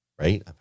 Right